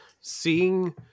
seeing